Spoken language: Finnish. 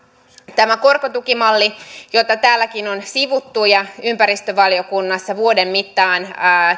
tämä korkotukimalli jota täälläkin on sivuttu ja ympäristövaliokunnassa vuoden mittaan